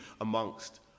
amongst